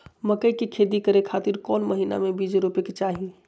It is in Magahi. मकई के खेती करें खातिर कौन महीना में बीज रोपे के चाही?